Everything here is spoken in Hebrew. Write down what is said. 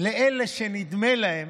לאלה שנדמה להם